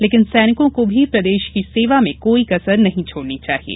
लेकिन सैनिकों को भी प्रदेश की सेवा में कोई कसर नहीं छोड़नी चाहिये